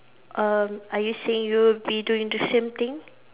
um are you saying you will be doing the same thing